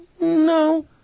No